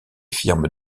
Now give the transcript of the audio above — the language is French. firmes